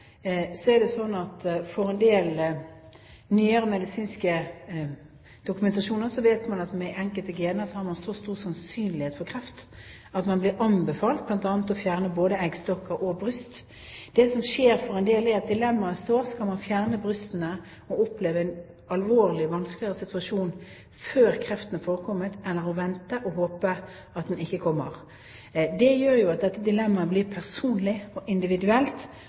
en del nyere medisinsk dokumentasjon at man med enkelte gener har så stor sannsynlighet for kreft at man blir anbefalt å fjerne både eggstokker og bryster. Dilemmaet for en del er om man skal fjerne brystene og oppleve en alvorlig, vanskeligere situasjon før man har fått kreft, eller vente og håpe at man ikke får det. Det gjør at dette dilemmaet blir personlig og individuelt,